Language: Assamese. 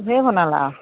ধেৰ বনালা আৰু